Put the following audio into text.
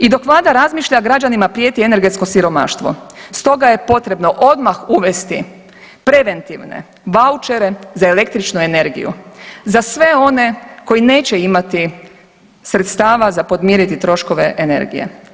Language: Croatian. I dok vlada razmišlja građanima prijeti energetsko siromaštvo, stoga je potrebno odmah uvesti preventivne vaučere za električnu energiju, za sve one koji neće imati sredstava za podmiriti troškove energije.